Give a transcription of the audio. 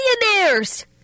millionaires